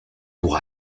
pour